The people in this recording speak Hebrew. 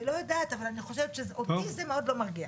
אני לא יודעת, אבל אותי זה מאוד לא מרגיע.